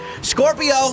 Scorpio